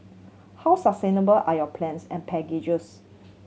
how sustainable are your plans and packages